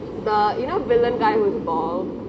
the you know villain guy who's tall